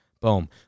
Boom